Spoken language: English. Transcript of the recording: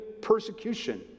persecution